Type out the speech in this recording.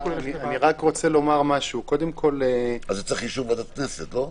זה צריך את אישור ועדת הכנסת, לא?